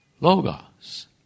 logos